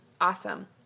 awesome